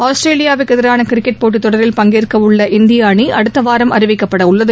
ஆஸ்திரேலியாவுக்கு எதிராள கிரிக்கெட் போட்டித் தொடரில் பங்கேற்கவுள்ள இந்திய அணி அடுத்த வாரம் அறிவிக்கப்பட உள்ளது